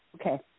Okay